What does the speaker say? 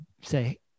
say